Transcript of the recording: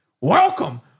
Welcome